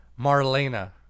Marlena